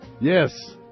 Yes